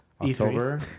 October